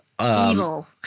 Evil